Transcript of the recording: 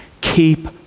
Keep